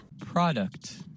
Product